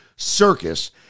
circus